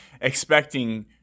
expecting